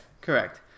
correct